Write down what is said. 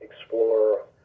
explore